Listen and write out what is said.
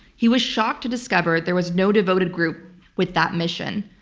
he was shocked to discover there was no devoted group with that mission.